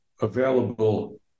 available